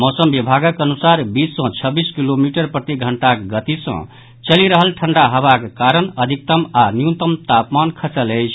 मौसम विभागक अनुसार बीस सँ छब्बीस किलोमीटर प्रतिघंटाक गति सँ चलि रहल ठंढा हवाक कारण अधिकतम आओर न्यूनतम तापमान खसल अछि